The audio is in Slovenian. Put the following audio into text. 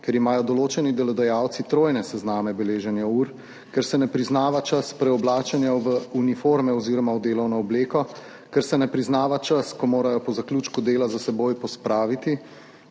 ker imajo določeni delodajalci trojne sezname beleženja ur, ker se ne priznava čas preoblačenja v uniforme oziroma v delovno obleko, ker se ne priznava čas, ko morajo po zaključku dela za seboj pospraviti,